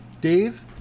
Dave